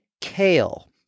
kale